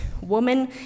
woman